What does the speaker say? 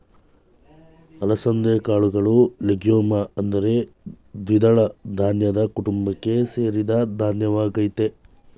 ಅಲಸಂದೆ ಕಾಳುಗಳು ಲೆಗ್ಯೂಮ್ ಅಂದರೆ ದ್ವಿದಳ ಧಾನ್ಯದ ಕುಟುಂಬಕ್ಕೆ ಸೇರಿದ ಧಾನ್ಯವಾಗಯ್ತೆ